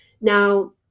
Now